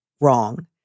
wrong